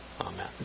Amen